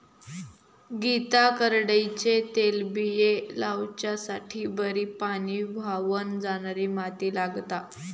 गीता करडईचे तेलबिये लावच्यासाठी बरी पाणी व्हावन जाणारी माती लागता